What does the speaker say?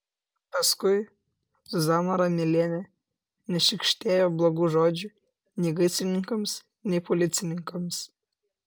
paskui zuzana ramelienė nešykštėjo blogų žodžių nei gaisrininkams nei policininkams